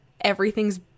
everything's